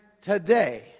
today